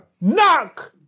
knock